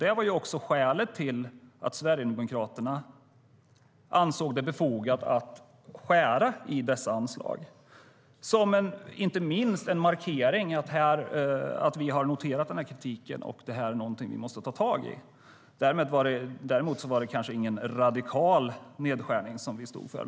Det var också skälet till att Sverigedemokraterna ansåg det befogat att skära i dessa anslag, inte minst som en markering att vi har noterat denna kritik och att detta är någonting som vi måste ta tag i. Däremot var det inte någon radikal nedskärning som vi stod för.